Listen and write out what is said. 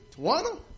Tawana